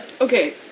okay